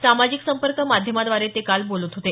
सामाजिक संपर्क माध्यमाद्वारे ते काल बोलत होते